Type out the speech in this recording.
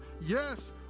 Yes